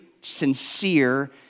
sincere